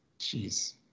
Jeez